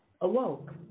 awoke